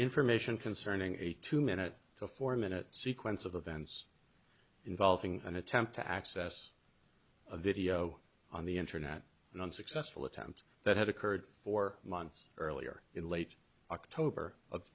information concerning a two minute to four minute sequence of events involving an attempt to access a video on the internet an unsuccessful attempt that had occurred four months earlier in late october of